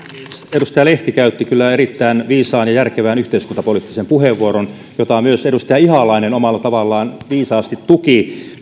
edustaja lehti käytti kyllä erittäin viisaan ja järkevän yhteiskuntapoliittisen puheenvuoron jota myös edustaja ihalainen omalla tavallaan viisaasti tuki